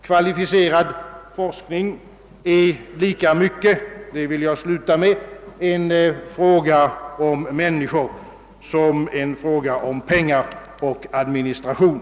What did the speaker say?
Kvalificerad forsk ning är — och jag vill sluta med detta — lika mycket en fråga om människor som en fråga om pengar och administration.